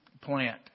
plant